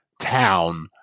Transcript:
town